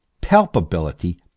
palpability